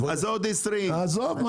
אבל